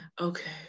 Okay